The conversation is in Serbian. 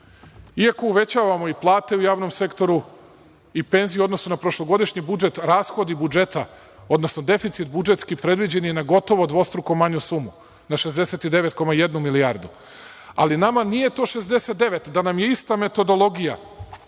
tim. Iako uvećavamo i plate u javnom sektoru i penzije u odnosu na prošlogodišnji budžet, rashodi budžeta, odnosno deficit budžetski predviđen je na gotovo dvostruko manju sumu, na 69,1 milijardu. Ali, nama nije to 69. Da nam je ista metodologija,